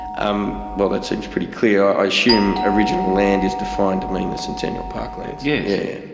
um well that seems pretty clear. i assume original land is defined to mean the centennial parklands. yeah